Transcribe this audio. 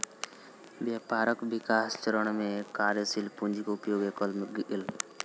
व्यापारक विकास चरण में कार्यशील पूंजी के उपयोग कएल गेल